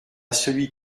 celui